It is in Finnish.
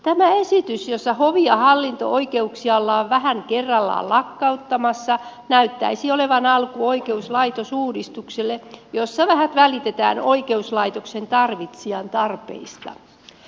tämä esitys jossa hovi ja hallinto oikeuksia ollaan vähän kerrallaan lakkauttamassa näyttäisi olevan alku oikeuslaitosuudistukselle jossa vähät välitetään oikeuslaitoksen tarvitsijan tarpeista